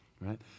right